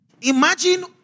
imagine